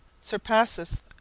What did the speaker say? surpasseth